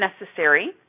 necessary